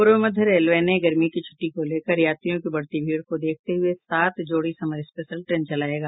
पूर्व मध्य रेलवे ने गर्मी की छूट्टी को लेकर यात्रियों की बढ़ती भीड़ को देखते हुये सात जोड़ी समर स्पेशल ट्रेन चलायेगा